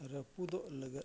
ᱨᱟᱹᱯᱩᱫᱚᱜ ᱞᱟᱹᱜᱤᱫ